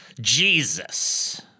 Jesus